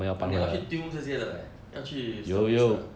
oh 你要去 tune 这些的 leh 要去 service 的